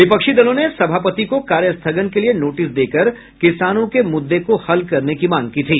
विपक्षी दलों ने सभापति को कार्य स्थगन के लिए नोटिस देकर किसानों के मुद्दे को हल करने की मांग की थी